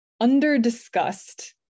under-discussed